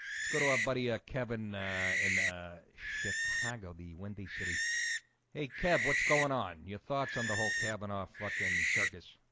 let's go to our buddy ah kevin in chicago the windy city hey kev what's going on your thoughts on the whole cabin off fucking circus?